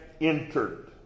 entered